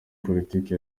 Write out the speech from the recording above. politiki